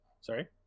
sorry